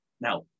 Now